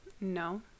No